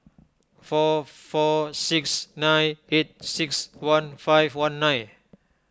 four four six nine eight six one five one nine